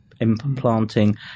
Implanting